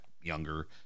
younger